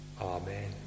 Amen